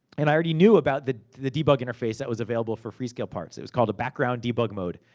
and i already knew about the the debug interface that was available for free scale parts. it was called a background debug mode,